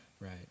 right